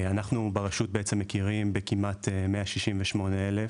אנחנו, ברשות, מכירים בכמעט 168 אלף,